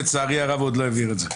לצערי הרב הוא עוד לא העביר את זה.